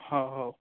ହଁ ହଉ